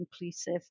inclusive